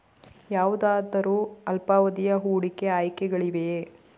ಯಾವುದಾದರು ಅಲ್ಪಾವಧಿಯ ಹೂಡಿಕೆ ಆಯ್ಕೆಗಳಿವೆಯೇ?